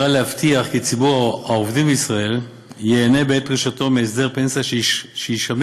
להבטיח כי ציבור העובדים בישראל ייהנה בעת פרישתו מהסדר פנסיה שישמר